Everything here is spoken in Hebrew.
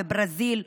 מברזיל ומהודו,